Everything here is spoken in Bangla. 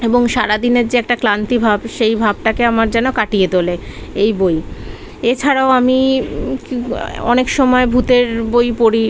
এবং সারা দিনের যে একটা ক্লান্তিভাব সেই ভাবটাকে আমার যেন কাটিয়ে তোলে এই বই এছাড়াও আমি অনেক সময় ভূতের বই পড়ি